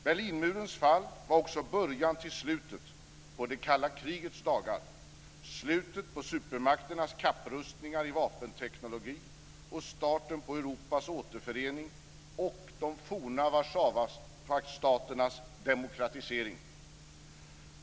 Berlinmurens fall var också början till slutet på det kalla krigets dagar, slutet på supermakternas kapprustningar i vapenteknologi och starten på Europas återförening och de forna Warszawapaktsstaternas demokratisering.